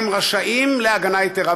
הם רשאים להגנה יתרה.